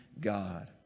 God